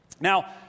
Now